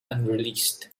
unreleased